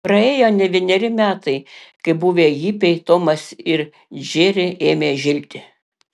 praėjo ne vieneri metai kai buvę hipiai tomas ir džeri ėmė žilti